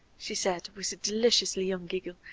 she said with a deliciously young giggle,